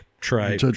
Try